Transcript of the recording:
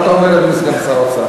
מה אתה אומר, אדוני סגן שר האוצר?